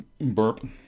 burp